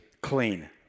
clean